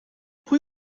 pwy